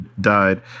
died